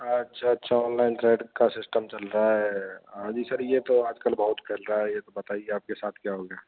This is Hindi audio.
अच्छा अच्छा ऑनलाइन क्रेडिट कार्ड सिस्टम चल रहा है हाँ जी सर यह तो आज कल बहुत चल रहा है यह तो बताइए आपके साथ क्या हो गया